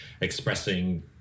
expressing